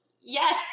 yes